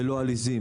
לא על עיזים.